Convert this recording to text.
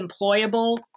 employable